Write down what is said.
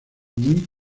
muy